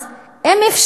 אז אם אפשר,